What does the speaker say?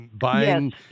buying